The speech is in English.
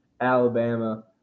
Alabama